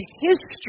history